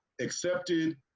accepted